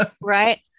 right